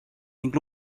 ning